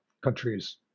countries